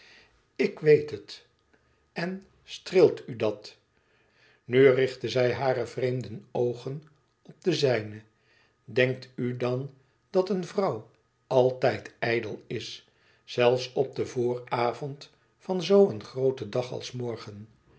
ik weet het en streelt u dat nu richtte zij hare vreemde oogen op de zijne denkt u dan dat een vrouw àltijd ijdel is zelfs op den vooravond van zoo een grooten dag als morgen